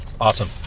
Awesome